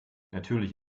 natürlich